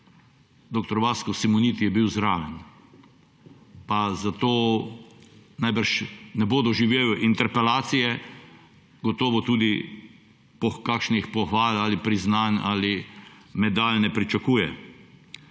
Dr. Vasko Simoniti je bil zraven, pa zato najbrž ne bo doživel interpelacije, gotovo tudi kakšnih pohval, priznanj ali medalj ne pričakuje.